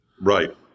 Right